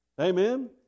Amen